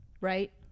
right